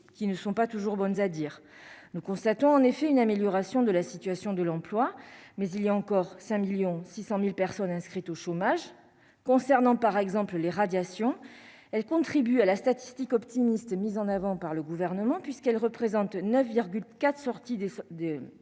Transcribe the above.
qui ne sont pas toujours bonnes à dire, nous constatons en effet une amélioration de la situation de l'emploi, mais il y a encore 5 millions 600 1000 personnes inscrites au chômage, concernant par exemple les radiations, elle contribue à la statistique optimiste mise en avant par le gouvernement, puisqu'elle représente 9 4 sorties des des